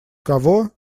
кого